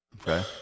Okay